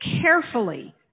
carefully